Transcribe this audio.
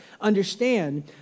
understand